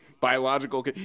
biological